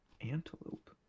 antelope